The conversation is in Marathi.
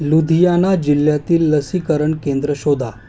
लुधियाना जिल्ह्यातील लसीकरण केंद्र शोधा